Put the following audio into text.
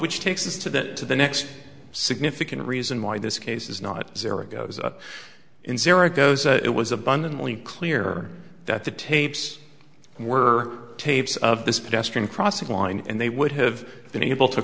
which takes us to the to the next significant reason why this case is not zero it goes up in zero goes it was abundantly clear that the tapes were tapes of this pedestrian crossing line and they would have been able to